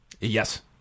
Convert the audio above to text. Yes